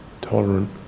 tolerant